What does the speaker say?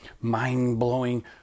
mind-blowing